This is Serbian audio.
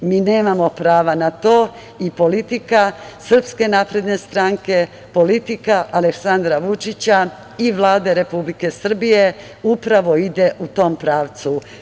Mi nemamo prava na to i politika SNS, politika Aleksandra Vučića i Vlade Republike Srbije upravo ide u tom pravcu.